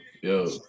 yo